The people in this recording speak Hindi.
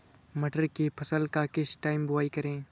मटर की फसल का किस टाइम बुवाई करें?